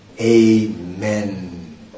Amen